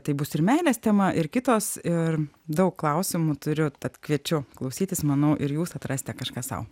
tai bus ir meilės tema ir kitos ir daug klausimų turiu tad kviečiu klausytis manau ir jūs atrasite kažką sau